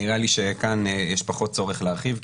נראה לי שכאן יש פחות צורך להרחיב,